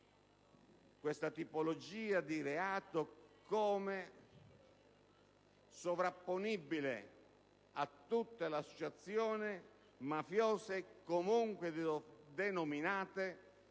questa tipologia di reato come sovrapponibile a tutte le associazioni mafiose comunque denominate